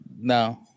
No